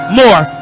more